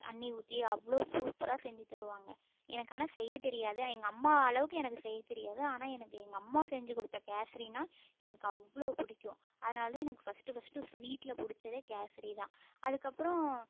தண்ணி ஊற்றி அவ்வளோ சூப்பராக செஞ்சுத் தருவாங்க எனக்கு ஆனால் செய்யத் தெரியாது எங்கள் அம்மா அளவுக்கு எனக்கு செய்யத் தெரியாது ஆனால் எனக்கு எங்கள் அம்மா செஞ்சு கொடுத்த கேசரினால் எனக்கு அவ்வளோ பிடிக்கும் அதனால் தான் எனக்கு ஃபஸ்ட்டு ஃபஸ்ட்டு ஸ்வீட்டில் பிடிச்சதே கேசரி தான் அதுக்கப்புறம்